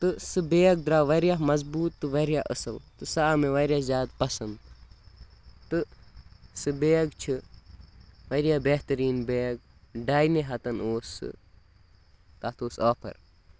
تہٕ سُہ بیگ درٛاو واریاہ مضبوٗط تہٕ واریاہ اَصٕل تہٕ سُہ آو مےٚ واریاہ زیادٕ پَسنٛد تہٕ سُہ بیگ چھِ واریاہ بَہتریٖن بیگ ڈاینی ہَتَن اوس سُہ تَتھ اوس آفَر